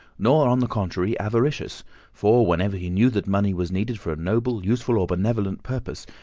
nor, on the contrary, avaricious for, whenever he knew that money was needed for a noble, useful, or benevolent purpose,